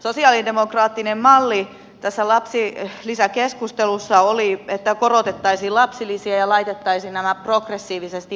sosialidemokraattinen malli tässä lapsilisäkeskustelussa oli että korotettaisiin lapsilisiä ja laitettaisiin nämä progressiivisesti verolle